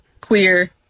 queer